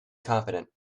confident